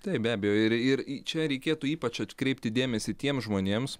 taip be abejo ir ir čia reikėtų ypač atkreipti dėmesį tiems žmonėms